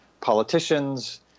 politicians